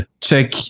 check